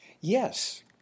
Yes